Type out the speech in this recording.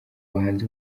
bahanzi